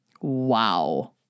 Wow